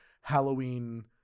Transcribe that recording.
Halloween